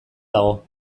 dago